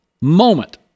moment